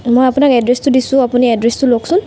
মই আপোনাক এড্ৰেছটো দিছোঁ আপুনি এড্ৰেছটো লওঁকচোন